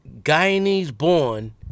Guyanese-born